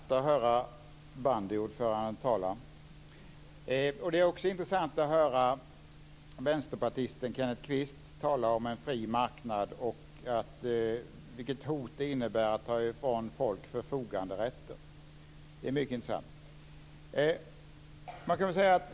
Fru talman! Det är intressant att höra bandyordföranden tala. Det är också intressant att höra vänsterpartisten Kenneth Kvist tala om en fri marknad och om vilket hot det innebär att ta ifrån folk förfoganderätten.